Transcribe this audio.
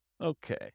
Okay